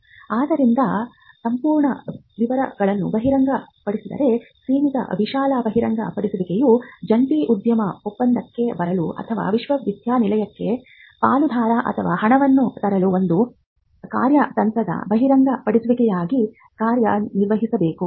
ಆದ್ದರಿಂದ ಸಂಪೂರ್ಣ ವಿವರಗಳನ್ನು ಬಹಿರಂಗಪಡಿಸದೆ ಸೀಮಿತ ವಿಶಾಲ ಬಹಿರಂಗಪಡಿಸುವಿಕೆಯು ಜಂಟಿ ಉದ್ಯಮ ಒಪ್ಪಂದಕ್ಕೆ ಬರಲು ಅಥವಾ ವಿಶ್ವವಿದ್ಯಾನಿಲಯಕ್ಕೆ ಪಾಲುದಾರ ಅಥವಾ ಹಣವನ್ನು ತರಲು ಒಂದು ಕಾರ್ಯತಂತ್ರದ ಬಹಿರಂಗಪಡಿಸುವಿಕೆಯಾಗಿ ಕಾರ್ಯನಿರ್ವಹಿಸಬೇಕು